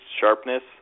sharpness